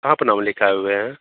कहाँ पर नाम लिखाए हुए हैं